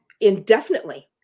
Indefinitely